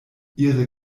ihre